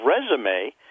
resume